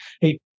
hey